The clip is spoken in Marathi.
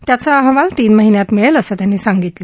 त्याचा अहवाल तीन महिन्यात मिळेल असं त्यांनी सांगितलं